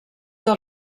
del